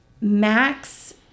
Max